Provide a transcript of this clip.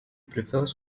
prefers